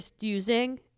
using